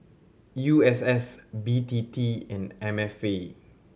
U S S B T T and M F A